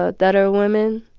ah that are women.